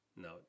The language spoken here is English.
No